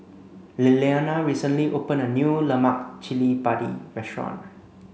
Lilliana recently opened a new Lemak Cili Padi restaurant